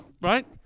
Right